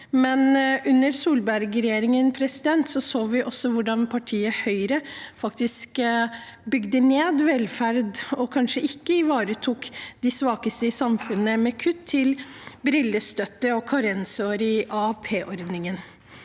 Under Solberg-regjeringen så vi også hvordan partiet Høyre faktisk bygde ned velferd, og kanskje ikke ivaretok de svakeste i samfunnet, med kutt i brillestøtte og karensår i AAP-ordningen.